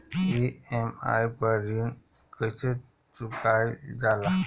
EMI पर ऋण कईसे चुकाईल जाला?